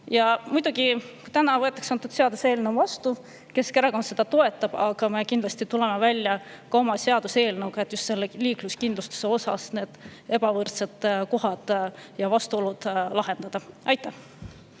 Muidugi võetakse täna antud seaduseelnõu vastu. Keskerakond seda toetab, aga me kindlasti tuleme välja ka oma seaduseelnõuga, et just liikluskindlustuse osas need ebavõrdsed kohad ja vastuolud lahendada. Aitäh!